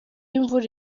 imvura